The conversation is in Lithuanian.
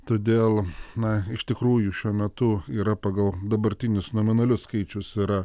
todėl na iš tikrųjų šiuo metu yra pagal dabartinius nominalius skaičius yra